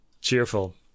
cheerful